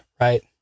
right